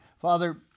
Father